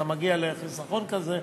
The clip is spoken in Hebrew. אתה מגיע לחיסכון כזה,